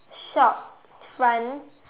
shop's front